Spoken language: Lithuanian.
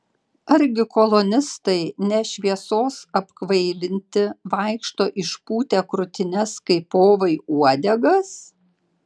argi kolonistai ne šviesos apkvailinti vaikšto išpūtę krūtines kaip povai uodegas